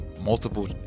multiple